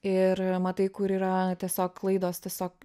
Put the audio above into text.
ir matai kur yra tiesiog klaidos tiesiog